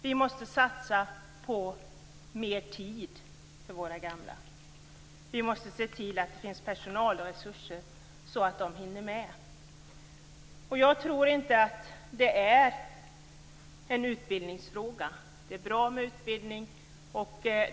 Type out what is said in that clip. Vi måste satsa på mera tid för våra gamla och vi måste se till det finns personalresurser så att man hinner med. Jag tror inte att det handlar om en utbildningsfråga. Det är bra med utbildning.